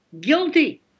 guilty